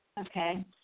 Okay